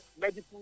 medical